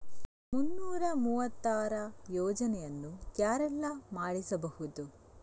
ಮುನ್ನೂರ ಮೂವತ್ತರ ಯೋಜನೆಯನ್ನು ಯಾರೆಲ್ಲ ಮಾಡಿಸಬಹುದು?